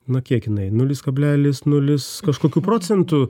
na kiek jinai nulis kablelis nulis kažkokių procentų